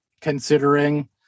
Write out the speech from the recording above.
considering